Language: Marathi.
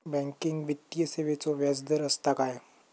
बँकिंग वित्तीय सेवाचो व्याजदर असता काय?